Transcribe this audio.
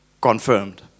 confirmed